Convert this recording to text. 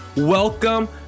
Welcome